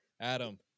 Adam